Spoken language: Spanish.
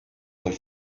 muy